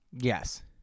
Yes